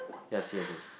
yes yes yes